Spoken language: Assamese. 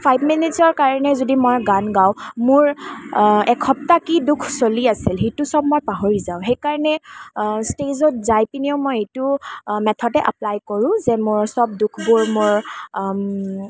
ফাইভ মিনিট্ছৰ কাৰণে যদি মই গান গাওঁ মোৰ এসপ্তাহ কি দুখ চলি আছিল সেইটো মই সব পাহৰি যাওঁ সেইকাৰণে ষ্টেজত যাই পিনেও মই এইটো মেথদেই এপ্লাই কৰোঁ যে মোৰ সব দুখবোৰ মোৰ